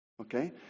Okay